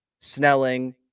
Snelling